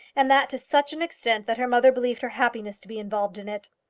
and that to such an extent that her mother believed her happiness to be involved in it.